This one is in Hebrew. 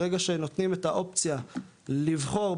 ברגע שנותנים את האופציה לבחור,